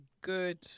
good